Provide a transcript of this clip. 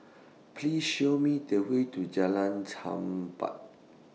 Please Show Me The Way to Jalan Chempah